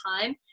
time